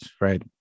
right